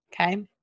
Okay